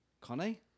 Connie